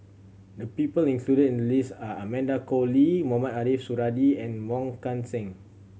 the people included in the list are Amanda Koe Lee Mohamed Ariff Suradi and Wong Kan Seng